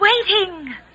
waiting